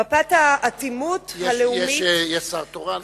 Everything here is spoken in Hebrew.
מפת האטימות הלאומית, יש שר תורן.